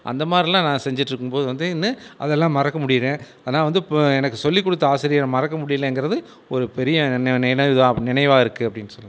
அந்த மாதிரிலாம் நான் செஞ்சுட்டு இருக்கும் போது வந்து இன்னும் அதெல்லாம் மறக்க முடியலை ஆனால் வந்து எனக்கு சொல்லி கொடுத்த ஆசிரியரை மறக்க முடியலைங்குறது ஒரு பெரிய நினைவு தான் நினைவாயிருக்கு அப்படின்னு சொல்லாம்